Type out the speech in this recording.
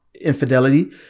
infidelity